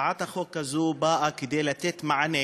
הצעת החוק הזו באה כדי לתת מענה.